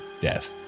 death